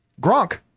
Gronk